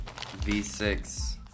V6